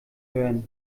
hören